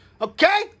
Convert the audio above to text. Okay